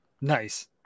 nice